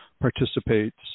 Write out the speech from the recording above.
participates